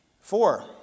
Four